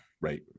Right